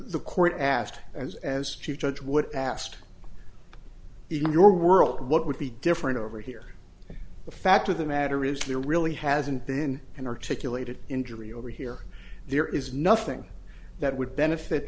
the court asked as chief judge would ask even your world what would be different over here the fact of the matter is there really hasn't been an articulated injury over here there is nothing that would benefit